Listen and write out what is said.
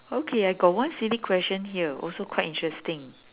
okay I got one silly question here also quite interesting